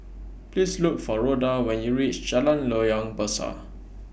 Please Look For Rhoda when YOU REACH Jalan Loyang Besar